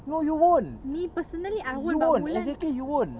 no you won't you won't exactly you won't